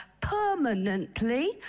permanently